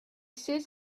says